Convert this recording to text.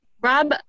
Rob